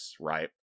right